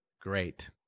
Great